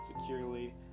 securely